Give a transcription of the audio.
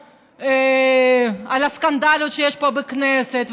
על הסקנדלים שיש פה בכנסת,